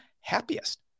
happiest